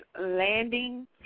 Landing